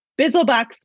Bizzlebox